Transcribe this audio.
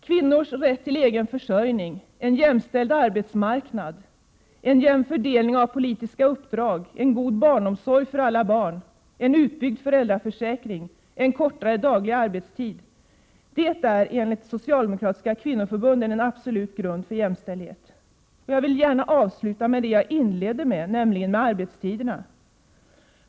Kvinnors rätt när det gäller egen försörjning, en jämställd arbetsmarknad, en jämn fördelning av politiska uppdrag, en god barnomsorg för alla barn, en utbyggd föräldraförsäkring och kortare daglig arbetstid är enligt de socialdemokratiska kvinnoförbunden en absolut grund för jämställdhet. Jag vill gärna avsluta med att säga några ord om det som jag inledningsvis talade om, nämligen arbetstiderna.